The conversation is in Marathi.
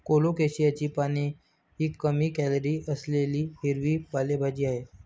कोलोकेशियाची पाने ही कमी कॅलरी असलेली हिरवी पालेभाजी आहे